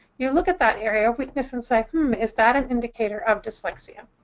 you look at that area of weakness and say, hm, is that an indicator of dyslexia?